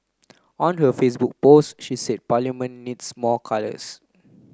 on her Facebook post she said Parliament needs more colours